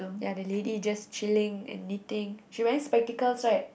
ya the lady just chilling and knitting she wearing spectacle right